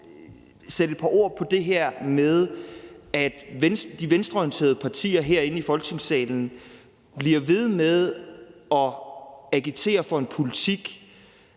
sætte et par ord på det her med, at de venstreorienterede partier her i Folketingssalen bliver ved med at agitere for en politik,